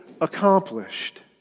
accomplished